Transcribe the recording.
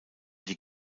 die